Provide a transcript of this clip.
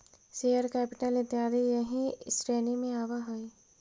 share capital इत्यादि एही श्रेणी में आवऽ हई